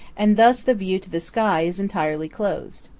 and thus the view to the sky is entirely closed.